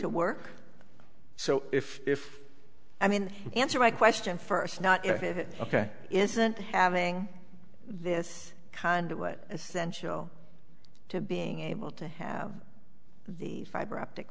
to work so if if i mean answer my question first not ok isn't having this conduit essential to being able to have the fiber optic